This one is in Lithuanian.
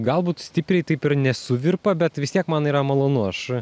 galbūt stipriai taip ir nesuvirpa bet vis tiek man yra malonu aš